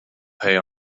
pay